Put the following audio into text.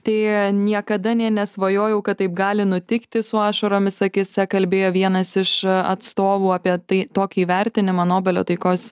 tai niekada nė nesvajojau kad taip gali nutikti su ašaromis akyse kalbėjo vienas iš atstovų apie tai tokį įvertinimą nobelio taikos